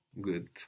Good